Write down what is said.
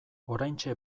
oraintxe